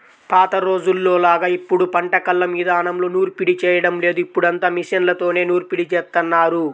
పాత రోజుల్లోలాగా ఇప్పుడు పంట కల్లం ఇదానంలో నూర్పిడి చేయడం లేదు, ఇప్పుడంతా మిషన్లతోనే నూర్పిడి జేత్తన్నారు